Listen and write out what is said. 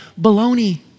baloney